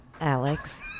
Alex